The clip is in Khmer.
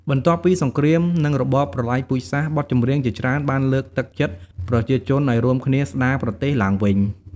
បន្ទាប់ពីសង្គ្រាម និងរបបប្រល័យពូជសាសន៍ បទចម្រៀងជាច្រើនបានលើកទឹកចិត្តប្រជាជនឱ្យរួមគ្នាស្ដារប្រទេសឡើងវិញ។